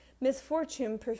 misfortune